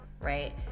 right